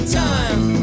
time